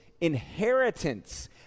inheritance